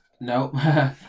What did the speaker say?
No